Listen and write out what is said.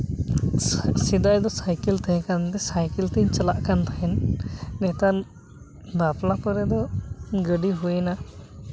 ᱥᱮᱫᱟᱭ ᱫᱚ ᱥᱟᱭᱠᱮᱞ ᱛᱟᱦᱮᱸ ᱠᱟᱱᱛᱮ ᱥᱟᱭᱠᱮᱞ ᱛᱤᱧ ᱪᱟᱞᱟᱜ ᱠᱟᱱ ᱛᱟᱦᱮᱱ ᱱᱮᱛᱟᱨ ᱵᱟᱯᱞᱟ ᱯᱚᱨᱮ ᱫᱚ ᱜᱟᱹᱰᱤ ᱦᱩᱭᱮᱱᱟ